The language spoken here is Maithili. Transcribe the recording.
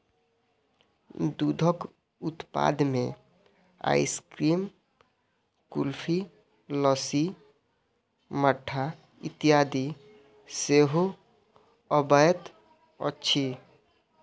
दूधक उत्पाद मे आइसक्रीम, कुल्फी, लस्सी, मट्ठा इत्यादि सेहो अबैत अछि